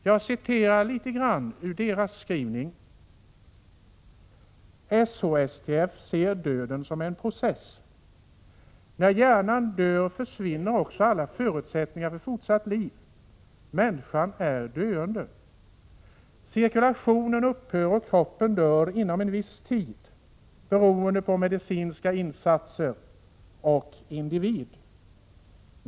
Jag citerar ur SHSTF:s skrivning: ”SHSTF ser döden som en process. När hjärnan dör försvinner också alla förutsättningar för fortsatt liv. Människan är döende. Cirkulationen upphör och kroppen dör inom en viss tid, beroende på medicinska insatser och individ.